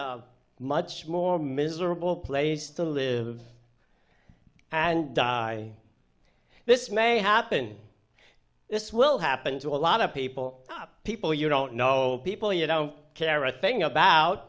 be much more miserable place to live and die this may happen this will happen to a lot of people up people you don't know people you don't care a thing about